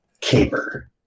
caper